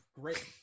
Great